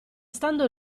stando